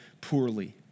poorly